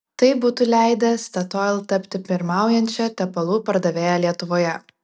tai būtų leidę statoil tapti pirmaujančia tepalų pardavėja lietuvoje